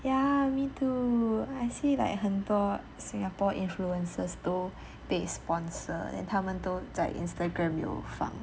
ya me too I see like 很多 singapore influencers 都 they sponsor then 他们都在 Instagram 有放